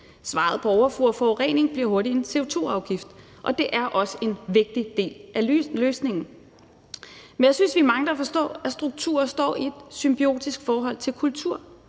Svaret på overforbrug og forurening blev hurtigt en CO2-afgift, det er også en vigtig del af løsningen. Men jeg synes, vi mangler at forstå, at strukturer står i et symbiotisk forhold til kultur.